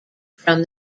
from